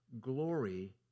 glory